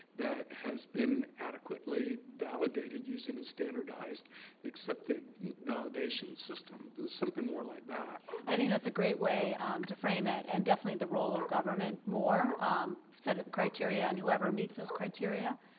that has been adequately validated using the standardized accepted validation system. something more like that. i think that's a great way to frame it and definitely the role of government more, a um separate criteria and whoever meets those criteria,